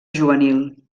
juvenil